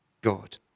God